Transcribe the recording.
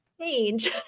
change